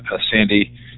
Sandy